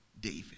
David